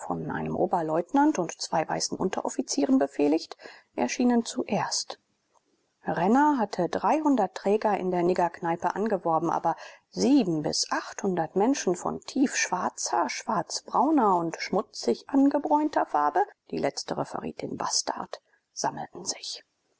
von einem oberleutnant und zwei weißen unteroffizieren befehligt erschienen zuerst renner hatte dreihundert träger in den niggerkneipen angeworben aber sieben bis acht menschen von tiefschwarzer schwarzbrauner und schmutzig angebräunter farbe die letztere verriet den bastard sammelten sich